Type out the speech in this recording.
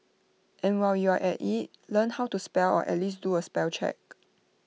and while you're at IT learn how to spell or at least do A spell check